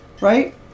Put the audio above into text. Right